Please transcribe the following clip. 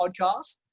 podcast